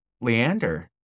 Leander